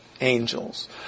angels